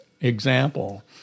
example